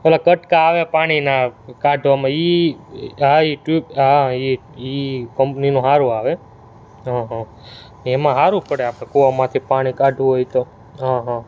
ઓલા કટકા આવે પાણીનાં કાઢવામાં એ હા એ ટ્યુબ હા એ એ કંપનીનું સારું આવે હં હં એમાં સારું પડે આપણે કૂવામાંથી પાણી કાઢવું હોય તો હં હં